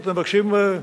אתם מבקשים,